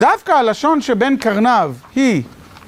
דווקא הלשון שבן קרנב היא...